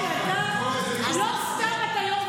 אני רוצה להגיד לך,